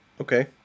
okay